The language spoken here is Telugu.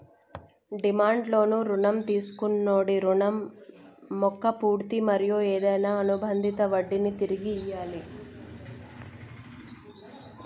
డిమాండ్ లోన్లు రుణం తీసుకొన్నోడి రుణం మొక్క పూర్తి మరియు ఏదైనా అనుబందిత వడ్డినీ తిరిగి ఇయ్యాలి